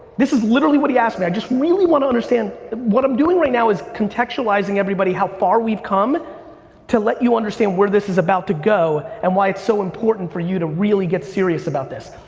this is literally what he asked me, i just really want to understand. what i'm doing right now is contextualizing everybody how far we've come to let you understand where this is about to go, and why it's so important for you to really get serious about this.